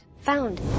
Found